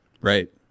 Right